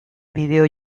bideo